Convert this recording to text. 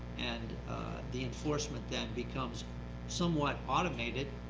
and the enforcement then becomes somewhat automated.